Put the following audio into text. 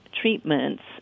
treatments